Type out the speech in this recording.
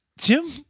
Jim